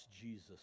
Jesus